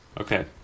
Okay